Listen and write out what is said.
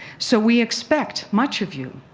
so we expect much of you.